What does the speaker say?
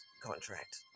contract